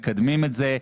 מקדמים את זה,